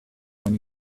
when